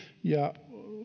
ja